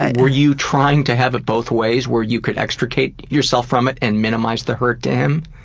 and were you trying to have it both ways, where you could extricate yourself from it and minimize the hurt to him?